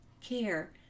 care